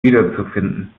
wiederzufinden